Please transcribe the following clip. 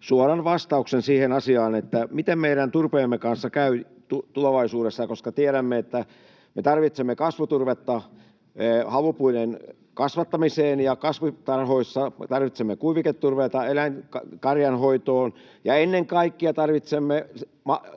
suoran vastauksen siihen asiaan, miten meidän turpeemme kanssa käy tulevaisuudessa. Tiedämme, että me tarvitsemme kasvuturvetta havupuiden kasvattamiseen ja kasvitarhoissa, tarvitsemme kuiviketurvetta karjanhoitoon, ja ennen kaikkea